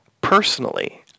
personally